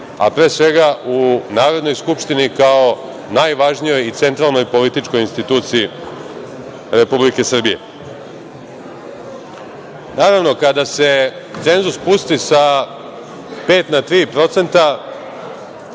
a pre svega u Narodnoj skupštini kao najvažnijoj i centralnoj političkoj instituciji Republike Srbije. Naravno, kada se cenzus spusti sa pet na tri